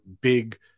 big